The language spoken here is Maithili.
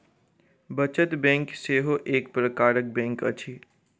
बचत बैंक सेहो एक प्रकारक बैंक अछि